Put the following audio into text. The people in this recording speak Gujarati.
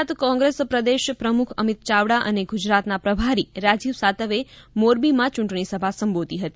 ગુજરાત કોંગ્રેસ પ્રદેશ પ્રમુખ અમીત ચાવડા અને ગુજરાતના પ્રભારી રાજીવ સાતવે મોરબીમાં ચૂંટણીસભા સંબોધી હતી